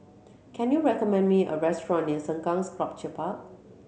can you recommend me a restaurant near Sengkang Sculpture Park